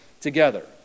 together